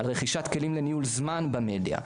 על רכישת כלים לניהול זמן במדיה,